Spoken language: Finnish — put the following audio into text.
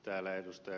täällä ed